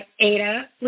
Ada